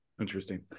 Interesting